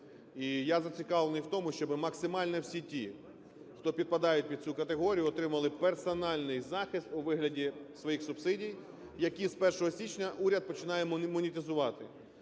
я зацікавлений в тому, щоби максимально всі ті, хто підпадають під цю категорію, отримували персональний захист у вигляді своїх субсидій, які з 1 січня уряд починає монетизувати.